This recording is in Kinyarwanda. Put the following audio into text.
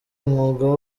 umwuga